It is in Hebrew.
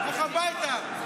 לך הביתה.